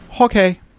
Okay